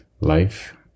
life